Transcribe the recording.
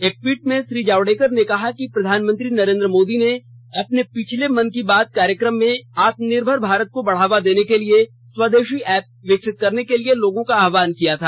एक ट्वीट में श्री जावेडकर ने कहा कि प्रधानमंत्री मोदी ने अपने पिछले मन की बात कार्यक्रम में आत्मनिर्भर भारत को बढ़ावा देने के लिए स्वदेशी एप विकसित करने के लिए लोगों का आहवान किया था